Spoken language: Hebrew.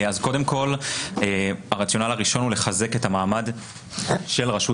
קודם כל הרציונל הראשון הוא לחזק את המעמד של רשות